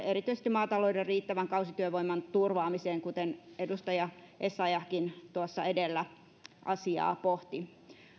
erityisesti maatalouden riittävän kausityövoiman turvaamiseen kuten edustaja essayahkin tuossa edellä asiaa pohti